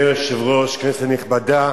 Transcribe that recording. אדוני היושב-ראש, כנסת נכבדה,